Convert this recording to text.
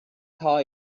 call